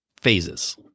phases